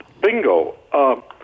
Bingo